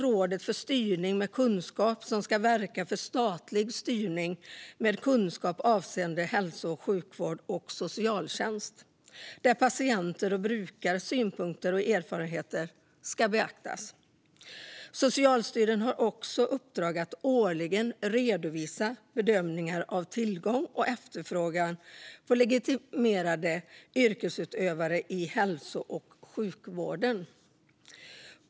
Rådet för styrning med kunskap finns också, och det ska verka för statlig styrning med kunskap avseende hälso och sjukvård och socialtjänst där patienters och brukares synpunkter och erfarenheter ska beaktas. Socialstyrelsen har också i uppdrag att årligen redovisa bedömningar av tillgång och efterfrågan på legitimerade yrkesutövare i hälso och sjukvården.